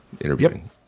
interviewing